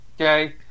Okay